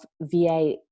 va